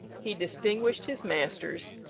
he distinguished his master's,